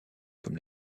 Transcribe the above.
comme